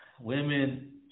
Women